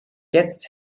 jetzt